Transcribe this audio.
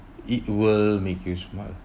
it will make you smile